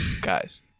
guys